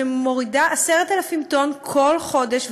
שמורידה 10,000 טון בכל חודש,